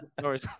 sorry